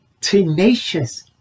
tenacious